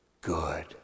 good